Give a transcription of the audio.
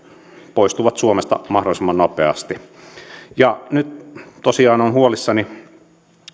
poistuvat suomesta mahdollisimman nopeasti nyt tosiaan olen huolissani